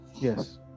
Yes